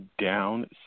Down